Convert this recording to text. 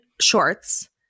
shorts